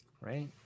Right